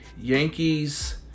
Yankees